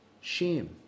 Shame